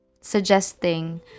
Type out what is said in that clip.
suggesting